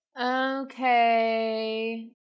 okay